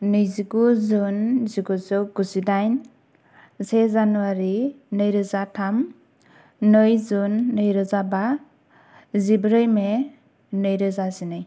नैजिगु जुन जिगुजौ गुजिदाइन से जानुवारि नै रोजा थाम नै जुन नै रोजा बा जिब्रै मे नैरोजा जिनै